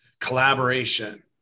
collaboration